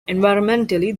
environmentally